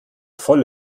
voll